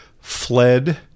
fled